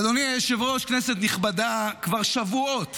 אדוני היושב-ראש, כנסת נכבדה, כבר שבועות